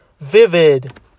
vivid